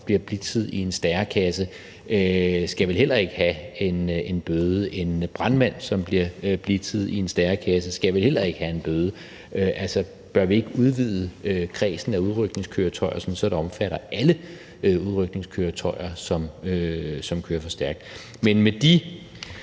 bliver blitzet af en stærekasse, skal vel heller ikke have en bøde. En brandmand, som bliver blitzet af en stærekasse, skal vel heller ikke have en bøde. Altså, bør vi ikke udvide kredsen af udrykningskøretøjer, sådan at det omfatter alle udrykningskøretøjer, som kører for stærkt? Men med de